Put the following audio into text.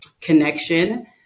connection